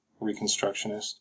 Reconstructionist